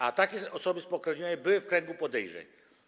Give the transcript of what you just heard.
A takie osoby spokrewnione były w kręgu podejrzeń.